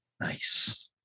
Nice